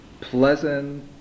pleasant